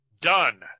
done